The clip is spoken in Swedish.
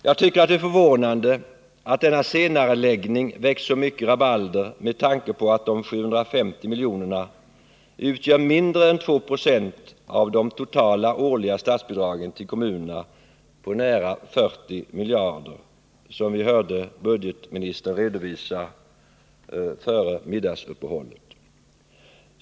Jag tycker att det är förvånande att denna senareläggning väckt så mycket rabalder med tanke på att de 750 miljonerna utgör mindre än 2 96 av de totala årliga statsbidragen till kommunerna på nära 40 miljarder, som vi hörde budgetministern redovisa före middagsuppehållet.